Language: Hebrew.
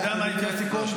דברי סיכום.